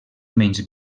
menys